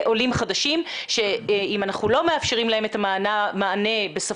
אם אנחנו לא מאפשרים להם את המענה בשפות,